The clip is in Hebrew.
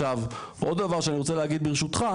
עכשיו עוד דבר שאני רוצה להגיד ברשותך.